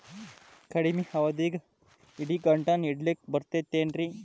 ಕಡಮಿ ಅವಧಿಗೆ ಇಡಿಗಂಟನ್ನು ಇಡಲಿಕ್ಕೆ ಬರತೈತೇನ್ರೇ?